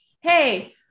hey